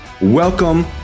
Welcome